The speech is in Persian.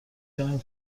کردم